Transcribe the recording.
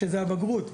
שזאת הבגרות.